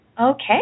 Okay